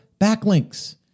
backlinks